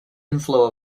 inflow